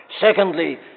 Secondly